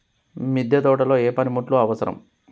మిద్దె తోటలో ఏ పనిముట్లు అవసరం?